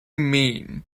mean